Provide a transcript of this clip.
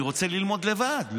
אני רוצה ללמוד לבד,